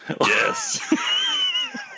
yes